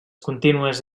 contínues